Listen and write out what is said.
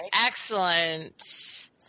Excellent